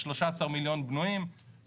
13 מיליון בנויים,